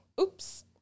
Oops